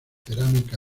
cerámica